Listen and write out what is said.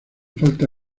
falta